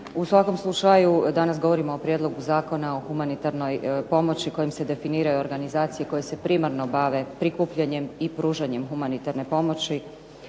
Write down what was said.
U svakom slučaju danas govorimo o prijedlogu Zakona o humanitarnoj pomoći kojim se definiraju organizacije koje se primarno bave prikupljanjem i pružanjem humanitarne pomoći,